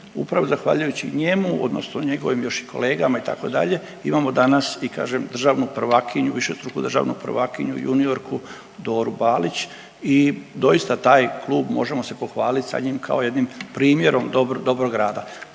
Upravo zahvaljujući njemu odnosno njegovim još i kolegama itd. imamo danas i kažem državnu prvakinju, višestruku državnu prvakinju juniorku Doru Balić i doista taj klub možemo se pohvalit sa njim kao jednim primjerom dobrog rada.